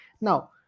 Now